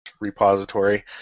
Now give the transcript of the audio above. repository